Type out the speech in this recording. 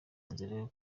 inzira